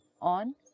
on